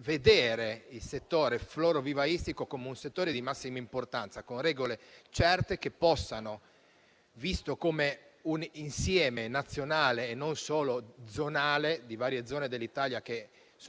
vedere il settore florovivaistico come uno di massima importanza, con regole certe, considerandolo come un insieme nazionale e non solo zonale, ossia di varie zone dell'Italia